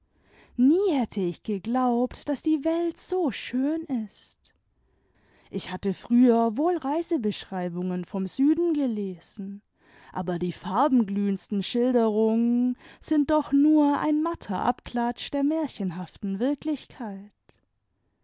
nie hätte ich geglaubt daß die welt so schön ist ich hatte früher wohl reisebeschreibungen vom süden gelesen aber die farbenglühendsten schilderungen sind doch nur ein matter abklatsch der märchenhaften wirklichkeit